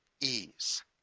ease